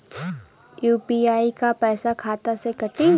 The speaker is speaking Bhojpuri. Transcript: यू.पी.आई क पैसा खाता से कटी?